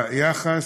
ביחס,